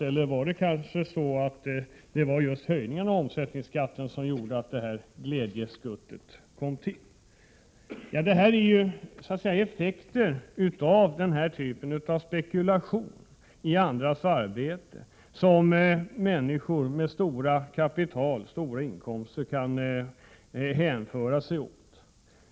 Eller var det kanske så att just höjningen av omsättningsskatten gjorde att glädjeskuttet kom till? Detta är ju effekter av den typen av spekulation i andras arbete som människor med stora kapital och stora inkomster kan hänge sig åt.